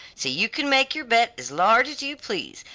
so you can make your bet as large as you please,